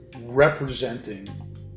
representing